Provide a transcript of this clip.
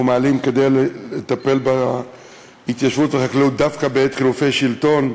מעלים כדי לטפל בהתיישבות ובחקלאות דווקא בעת חילופי שלטון,